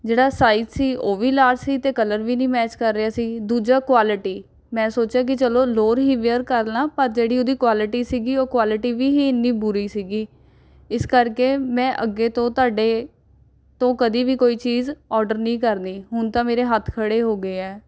ਜਿਹੜਾ ਸਾਈਜ਼ ਸੀ ਉਹ ਵੀ ਲਾਰਜ ਸੀ ਅਤੇ ਕਲਰ ਵੀ ਨਹੀਂ ਮੈਚ ਕਰ ਰਿਹਾ ਸੀ ਦੂਜਾ ਕੁਆਲਿਟੀ ਮੈਂ ਸੋਚਿਆ ਕਿ ਚਲੋ ਲੋਅਰ ਹੀ ਵੀਅਰ ਕਰ ਲਵਾਂ ਪਰ ਜਿਹੜੀ ਉਹਦੀ ਕੁਆਲਿਟੀ ਸੀ ਉਹ ਕੁਆਲਿਟੀ ਵੀ ਹੀ ਇੰਨੀ ਬੁਰੀ ਸੀ ਇਸ ਕਰਕੇ ਮੈਂ ਅੱਗੇ ਤੋਂ ਤੁਹਾਡੇ ਤੋਂ ਕਦੇ ਵੀ ਕੋਈ ਚੀਜ਼ ਆਰਡਰ ਨਹੀਂ ਕਰਨੀ ਹੁਣ ਤਾਂ ਮੇਰੇ ਹੱਥ ਖੜ੍ਹੇ ਹੋ ਗਏ ਹੈ